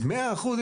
אז ב-100 אחוזים,